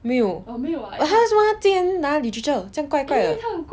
没有 but 为什么他今年要拿 literature 这样怪怪的